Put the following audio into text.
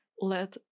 let